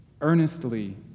Earnestly